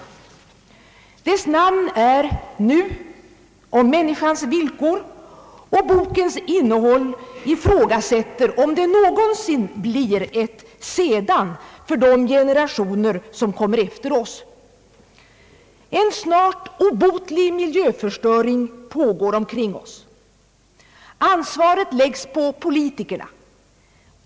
Dess namn är »Nu — om människans villkor», och bokens innehåll ifrågasätter om det någonsin blir ett »sedan» för de generationer som kommer efter oss. En snart obotlig miljöförstöring pågår omkring oss. Ansvaret läggs på politikerna.